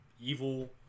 evil